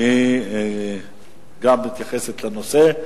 שגם היא תתייחס לנושא,